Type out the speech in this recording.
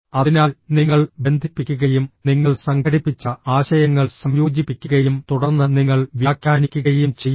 അതിനാൽ നിങ്ങൾ ബന്ധിപ്പിക്കുകയും നിങ്ങൾ സംഘടിപ്പിച്ച ആശയങ്ങൾ സംയോജിപ്പിക്കുകയും തുടർന്ന് നിങ്ങൾ വ്യാഖ്യാനിക്കുകയും ചെയ്യുന്നു